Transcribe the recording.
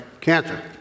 Cancer